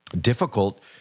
difficult